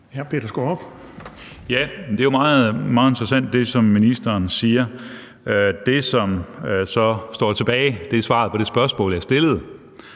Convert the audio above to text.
Det er jo meget interessant, hvad ministeren siger. Det, som så står tilbage, er svaret på det spørgsmål, jeg stillede,